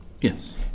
Yes